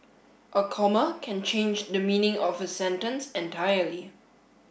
a comma can change the meaning of a sentence entirely